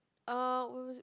uh what was it